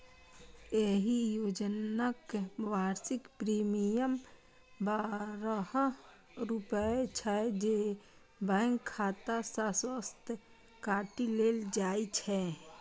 एहि योजनाक वार्षिक प्रीमियम बारह रुपैया छै, जे बैंक खाता सं स्वतः काटि लेल जाइ छै